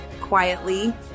quietly